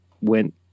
went